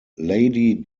lady